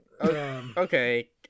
Okay